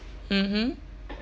mmhmm